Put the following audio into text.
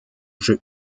jeu